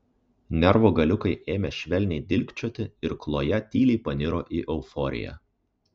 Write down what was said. nervų galiukai ėmė švelniai dilgčioti ir kloja tyliai paniro į euforiją